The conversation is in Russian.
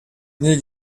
дней